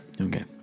Okay